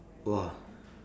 !wah!